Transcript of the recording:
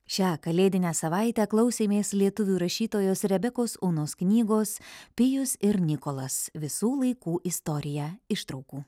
šią kalėdinę savaitę klausėmės lietuvių rašytojos rebekos onos knygos pijus ir nikolas visų laikų istorija ištraukų